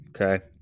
Okay